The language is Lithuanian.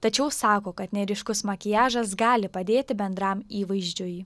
tačiau sako kad neryškus makiažas gali padėti bendram įvaizdžiui